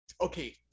okay